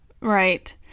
right